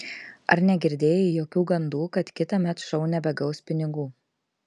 ar negirdėjai jokių gandų kad kitąmet šou nebegaus pinigų